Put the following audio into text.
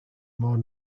more